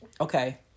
Okay